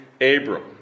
Abram